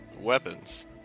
weapons